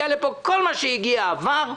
כל מה שהגיע לפה עבר,